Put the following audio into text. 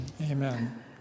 Amen